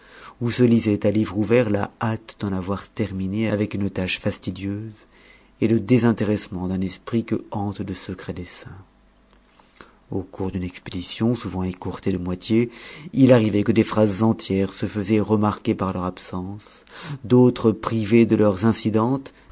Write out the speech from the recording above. où se lisait à livre ouvert la hâte d'en avoir terminé avec une tâche fastidieuse et le désintéressement d'un esprit que hantent de secrets desseins au cours d'une expédition souvent écourtée de moitié il arrivait que des phrases entières se faisaient remarquer par leur absence d'autres privées de leurs incidentes